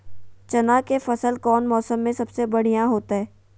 चना के फसल कौन मौसम में सबसे बढ़िया होतय?